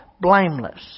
blameless